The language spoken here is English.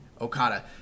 Okada